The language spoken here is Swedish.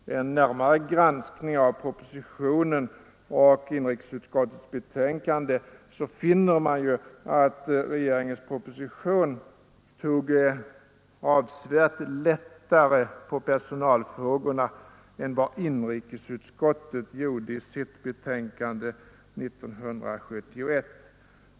Vid en närmare granskning av propositionen och betänkandet finner man att regeringen tog avsevärt lättare på personalfrågorna än vad inrikesutskottet gjorde i sitt betänkande år 1971.